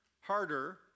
harder